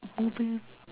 movie